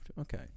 Okay